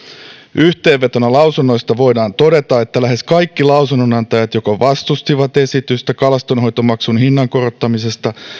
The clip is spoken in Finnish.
yhteenvetona lausunnoista voidaan todeta että lähes kaikki lausunnonantajat joko vastustivat esitystä kalastonhoitomaksun hinnan korottamisesta